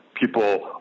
people